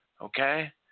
Okay